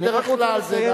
אני רק רוצה לסיים,